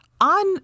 On